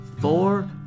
four